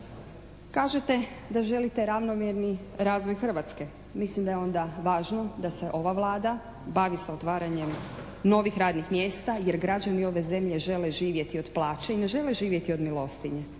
Kažete da želite ravnomjerni razvoj Hrvatske. Mislim da je onda važno da se ova Vlada bavi sa otvaranjem novih radnih mjesta jer građani ove zemlje žele živjeti od plaće i ne žele živjeti od milostinje,